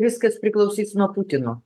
viskas priklausys nuo putino